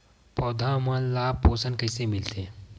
पौधा मन ला पोषण कइसे मिलथे?